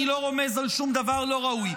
אני לא רומז על שום דבר לא ראוי.